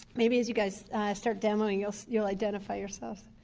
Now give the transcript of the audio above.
maybe as you guys start demoing you'll so you'll identify yourselves.